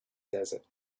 desert